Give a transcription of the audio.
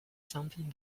something